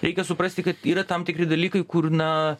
reikia suprasti kad yra tam tikri dalykai kur na